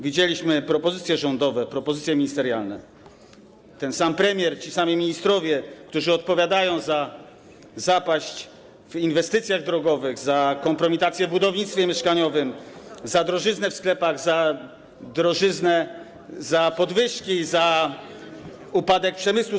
Widzieliśmy propozycje rządowe, propozycje ministerialne: ten sam premier, ci sami ministrowie, którzy odpowiadają za zapaść w inwestycjach drogowych, za kompromitację w budownictwie mieszkaniowym, drożyznę w sklepach, podwyżki, upadek przemysłu stoczniowego.